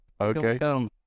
Okay